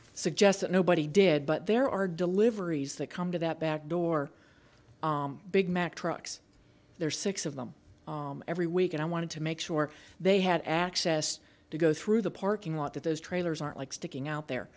suggest that nobody did but there are deliveries that come to that backdoor big mack trucks there's six of them every week and i wanted to make sure they had access to go through the parking lot at those trailers are like sticking out there